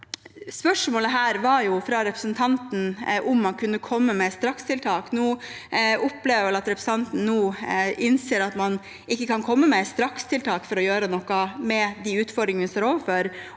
Spørsmålet fra representanten var om man kunne komme med strakstiltak. Nå opplever jeg vel at representanten innser at man ikke kan komme med strakstiltak for å gjøre noe med de utfordringene vi står overfor,